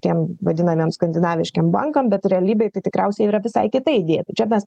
tiem vadinamiem skandinaviškiem bankam bet realybėj tai tikriausiai yra visai kita idėja tai čia mes